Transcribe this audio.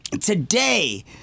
today